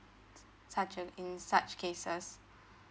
such uh in such cases